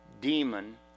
demon